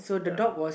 ya